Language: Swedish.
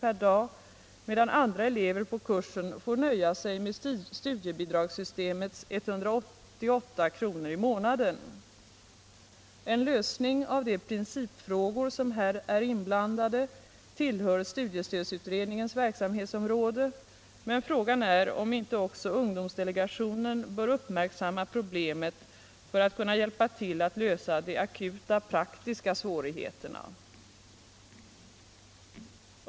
per dag, medan andra elever på kurser får nöja sig med studiebidragssystemets 188 kr. i månaden. En lösning av de principfrågor som här är inblandade tillhör studiestödsutredningens verksamhetsområde, men frågan är om inte också ungdomsdelegationen bör uppmärk samma problemet för att kunna hjälpa till att lösa de akuta praktiska svårigheterna.